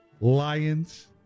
Lions